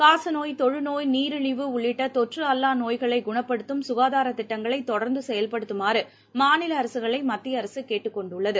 காசநோய் தொமுநோய் நீரிழிவு உள்ளிட்ட தொற்று அல்லா நோய்களை குணப்படுத்தும் சுகாதாரத் திட்டங்களை தொடர்ந்து செயல்படுத்துமாறு மாநில அரசுகளை மத்திய அரசு கேட்டுக் கொண்டுள்ளது